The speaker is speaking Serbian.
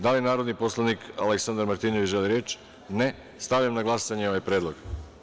Da li narodni poslanik Aleksandar Martinović želi reč? (Ne) Stavljam na glasanje ovaj predlog.